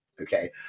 Okay